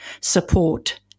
support